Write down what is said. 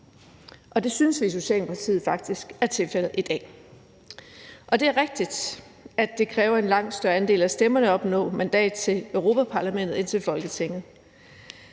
det synes vi i Socialdemokratiet faktisk er tilfældet i dag. Det er rigtigt, at det kræver en langt større andel af stemmerne at opnå mandat til Europa-Parlamentet end til Folketinget.